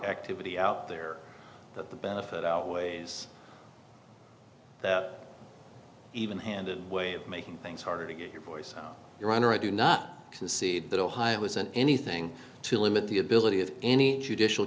activity out there that the benefit outweighs the even handed way of making things harder to get your voice your honor i do not concede that ohio is an anything to limit the ability of any judicial